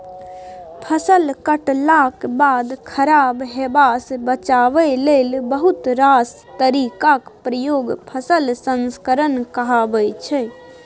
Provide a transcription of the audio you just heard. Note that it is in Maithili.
फसल कटलाक बाद खराब हेबासँ बचाबै लेल बहुत रास तरीकाक प्रयोग फसल संस्करण कहाबै छै